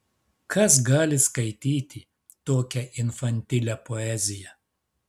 kas gali skaityti tokią infantilią poeziją